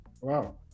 wow